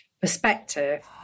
perspective